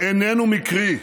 איננו מקרי,